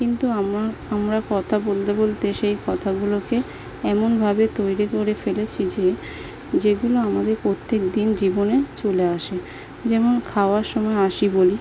কিন্তু আমার আমরা কথা বলতে বলতে সেই কথাগুলোকে এমনভাবে তৈরি করে ফেলেছি যে যেগুলো আমাদের প্রত্যেকদিন জীবনে চলে আসে যেমন খাওয়ার সময় আসি বলি